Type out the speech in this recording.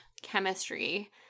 chemistry